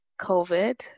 COVID